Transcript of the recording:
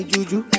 Juju